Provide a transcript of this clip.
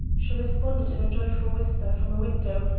she responded in a joyful whisper from a window,